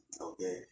okay